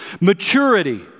Maturity